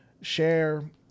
share